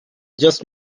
just